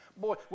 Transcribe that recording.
Boy